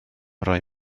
roi